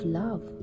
love